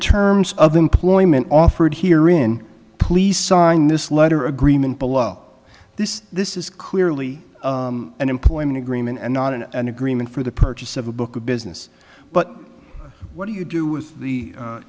terms of employment offered here in please sign this letter agreement below this this is clearly an employment agreement and not an agreement for the purchase of a book of business but what do you do